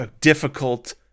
difficult